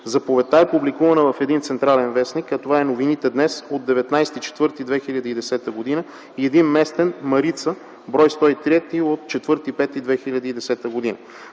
заповедта е публикувана в един централен вестник - това е „Новините днес” от 19.04.2010 г., и един местен - „Марица”, бр. 103 от 04.05.2010 г.